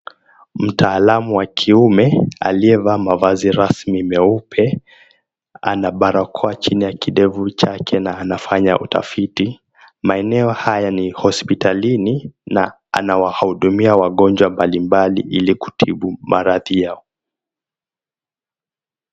Mtaalamu wa kiume aliyevaa mavazi rasmi meupe ana barakoa chini ya kidevu chake na anafanya utafiti, maeneo haya ni hospitalini na anawahudumia wagonjwa mbalimbali ili kutibu maradhi yao.